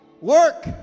work